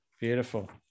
beautiful